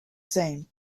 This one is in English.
same